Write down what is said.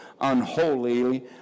unholy